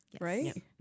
Right